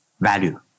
value